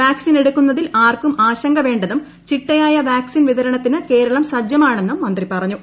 vaccine എടുക്കുന്നതിൽ ആർക്കും ആശങ്ക വേണ്ടെന്നും ചിട്ടയായ വാക് സിൻ വിതരണത്തിന് കേരളം സജ്ജമാണെന്നും മന്ത്രി പറഞ്ഞു